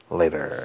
Later